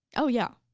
oh yeah.